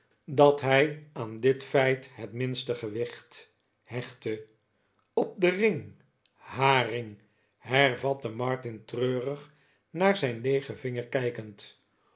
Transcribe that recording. dat hij aan dit feit het minste gewicht hechtte gp den ring haar ring hervatte martin treurig naar zijn leegen vinger kijkend